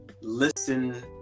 listen